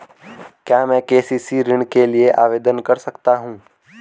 क्या मैं के.सी.सी ऋण के लिए आवेदन कर सकता हूँ?